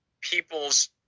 people's